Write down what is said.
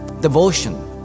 devotion